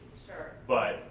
sure. but.